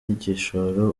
igishoro